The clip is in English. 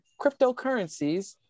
cryptocurrencies